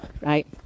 right